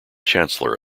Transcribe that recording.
chancellor